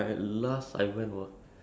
H and M got got a lot of